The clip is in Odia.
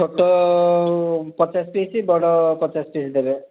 ଛୋଟ ପଚାଶ ପିସ୍ ବଡ଼ ପଚାଶ ପିସ୍ ଦେବେ